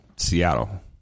Seattle